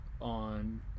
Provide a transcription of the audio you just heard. on